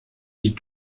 die